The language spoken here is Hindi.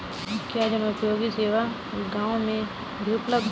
क्या जनोपयोगी सेवा गाँव में भी उपलब्ध है?